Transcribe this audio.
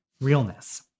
realness